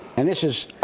and this is